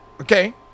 Okay